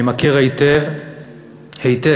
אני מכיר היטב היטב